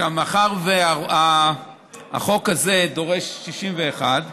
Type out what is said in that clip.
מאחר שהחוק הזה דורש 61,